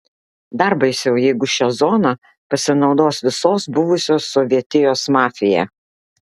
dar baisiau jeigu šia zona pasinaudos visos buvusios sovietijos mafija